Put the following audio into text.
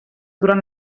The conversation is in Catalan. durant